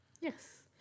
Yes